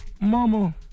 Mama